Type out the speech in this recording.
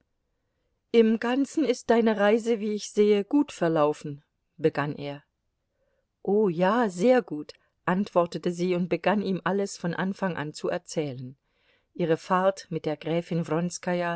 im ganzen ist deine reise wie ich sehe gut verlaufen begann er o ja sehr gut antwortete sie und begann ihm alles von anfang an zu erzählen ihre fahrt mit der gräfin